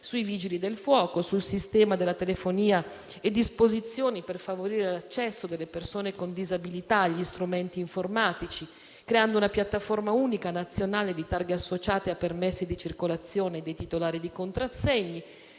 sui Vigili del fuoco; sul sistema della telefonia e su disposizioni per favorire l'accesso delle persone con disabilità agli strumenti informatici, creando una piattaforma unica nazionale di targhe associate a permessi di circolazione dei titolari di contrassegno;